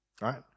right